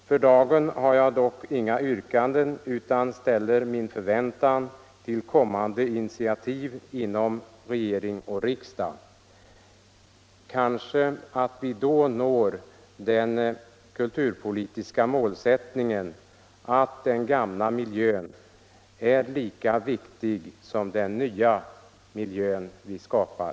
För dagen har jag dock inga yrkanden utan ställer min förväntan till kommande iniativ inom regering och riksdag. Kanske att vi då når den kulturpolitiska målsättningen: att den gamla miljön anses lika viktig som den nya miljö vi skapar.